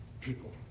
people